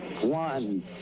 one